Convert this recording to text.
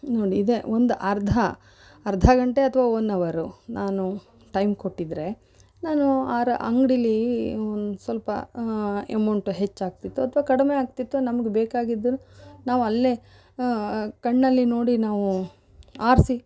ಇದೇ ಒಂದು ಅರ್ಧ ಅರ್ಧ ಗಂಟೆ ಅಥವಾ ಒನ್ ಅವರು ನಾನು ಟೈಮ್ ಕೊಟ್ಟಿದ್ದರೆ ನಾನು ಆರಾ ಅಂಗಡಿಲಿ ಒಂದು ಸ್ವಲ್ಪ ಅಮೌಂಟ್ ಹೆಚ್ಚಾಗ್ತಿತ್ತು ಅಥವಾ ಕಡಿಮೆ ಆಗ್ತಿತ್ತು ನಮ್ಗೆ ಬೇಕಾಗಿದ್ದು ನಾವು ಅಲ್ಲೇ ಕಣ್ಣಲ್ಲಿ ನೋಡಿ ನಾವು ಆರಿಸಿ